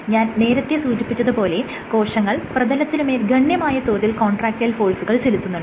ഞാൻ നേരത്തെ സൂചിപ്പിച്ചത് പോലെ കോശങ്ങൾ പ്രതലത്തിനുമേൽ ഗണ്യമായ തോതിൽ കോൺട്രാക്റ്റയിൽ ഫോഴ്സുകൾ ചെലുത്തുണ്ട്